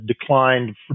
declined